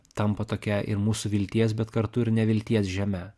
tampa tokia ir mūsų vilties bet kartu ir nevilties žeme